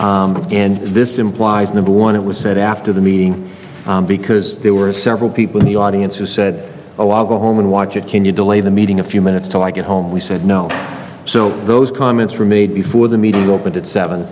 lead and this implies number one it was said after the meeting because there were several people in the audience who said oh i'll go home and watch it can you delay the meeting a few minutes til i get home we said no so those comments were made before the meeting opened at seven